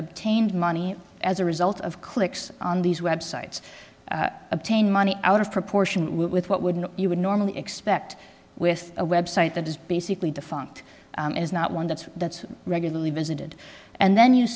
obtained money as a result of clicks on these websites obtain money out of proportion with what wouldn't you would normally expect with a website that is basically defunct is not one that's that's regularly visited and then you